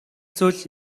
зүйл